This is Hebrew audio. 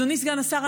אדוני סגן השר,